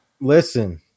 Listen